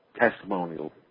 testimonial